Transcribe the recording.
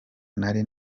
nari